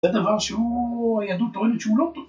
‫זה דבר שהוא היהדות טוענת שהוא לא טוב.